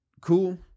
cool